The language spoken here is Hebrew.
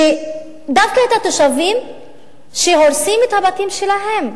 דווקא את התושבים שהורסים את הבתים שלהם?